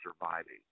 surviving